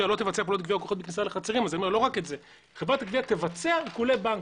גבייה תבצע עיקולי בנקים.